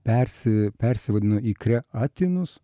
persi persivadino į kre atinus